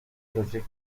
توصیف